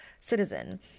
citizen